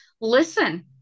listen